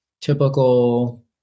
typical